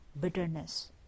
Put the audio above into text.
bitterness